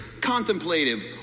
contemplative